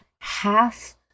half